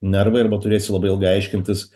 nervai arba turėsi labai ilgai aiškintis